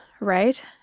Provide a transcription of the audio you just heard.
right